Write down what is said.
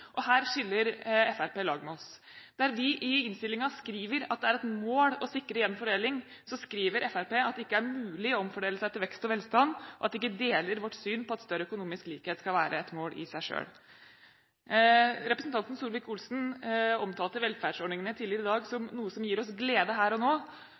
selv. Her skiller Fremskrittspartiet lag med oss. Der vi i innstillingen skriver at det er et «mål å sikre jevn fordeling», skriver Fremskrittspartiet at «det ikke er mulig å omfordele seg til velferd og velstand», og at de ikke deler vårt syn på at «større økonomisk likhet skal være et mål i seg selv». Representanten Solvik-Olsen omtalte velferdsordningene tidligere i dag som noe «som gir oss glede her og nå»,